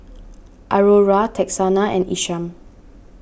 Aurora Texanna and Isham